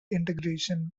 integration